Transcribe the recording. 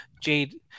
Jade